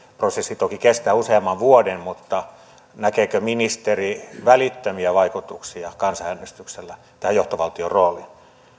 prosessi toki kestää useamman vuoden mutta näkeekö ministeri välittömiä vaikutuksia kansanäänestyksellä tähän johtovaltion rooliin